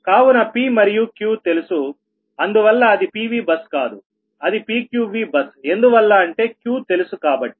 కావున P మరియు Qతెలుసు అందువల్ల అది PVబస్ కాదు అది PQVబస్ ఎందువల్ల అంటే Qతెలుసు కాబట్టి